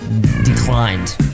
declined